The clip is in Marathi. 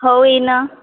हो ये ना